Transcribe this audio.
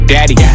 Daddy